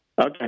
Okay